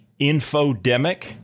infodemic